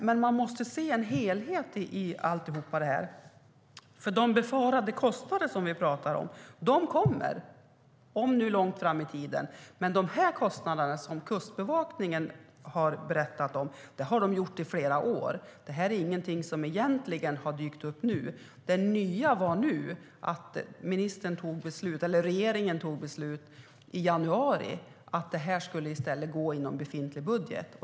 Men man måste se en helhet i allt detta. De befarade kostnader som vi talar om kommer att inträffa, om än långt fram i tiden. Men de kostnader som Kustbevakningen har berättat om har man vetat om i flera år. Det är ingenting som har dykt upp nu. Det nya var att regeringen fattade beslut i januari om att de skulle ingå i befintlig budget.